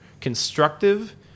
constructive